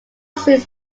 scenes